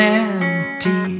empty